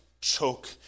choke